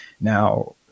Now